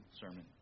sermon